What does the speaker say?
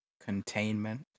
Containment